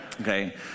Okay